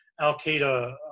Al-Qaeda